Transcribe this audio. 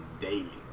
daily